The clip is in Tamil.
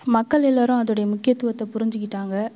மக்கள் எல்லோரும் அதோடய முக்கியத்துவத்தை புரிஞ்சிக்கிட்டாங்க